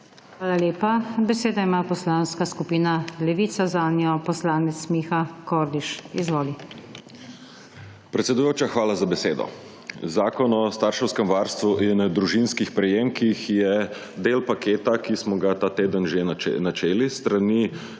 Hvala lepa. Besedo ima poslanska skupina Levica, zanjo poslanec Miha Kordiš. Izvoli. **MIHA KORDIŠ (PS Levica):** Predsedujoča, hvala za besedo. Zakon o starševskem varstvu in družinskih prejemkih je del paketa, ki smo ga ta teden že načeli s strani